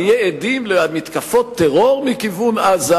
נהיה עדים למתקפת טרור מכיוון עזה,